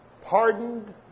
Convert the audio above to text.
pardoned